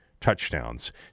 touchdowns